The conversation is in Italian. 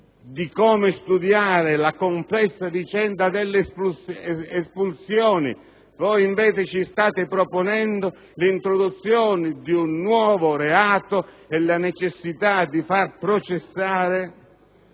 di come studiare la complessa vicenda delle espulsioni. Voi invece ci state proponendo l'introduzione di un nuovo reato e la necessità di svolgere processi